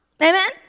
Amen